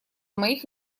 моих